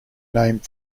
named